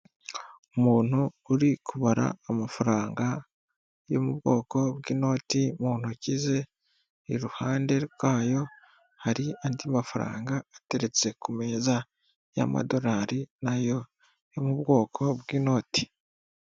Umuntu uri kubara amafaranga yo mubwoko bw'inoti, mu ntoki ze iruhande rwayo hari andi mafaranga ateretse ku meza y'amadorari, nayo yo mu bwoko bw'inoti.